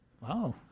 Wow